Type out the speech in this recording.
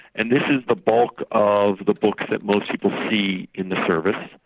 and this is the bulk of the books that most people see in the service.